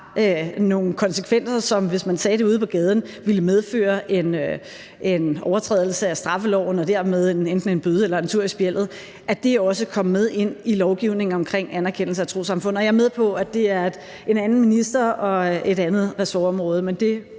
nogle konsekvenser som, hvis man sagde det ude på gaden, ville medføre en overtrædelse af straffeloven og dermed enten en bøde eller en tur i spjældet, også kom med ind i lovgivningen omkring anerkendelse af trossamfund. Og jeg er med på, at det er en anden minister og et andet ressortområde. Men det